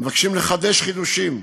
מבקשים לחדש חידושים.